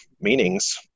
meanings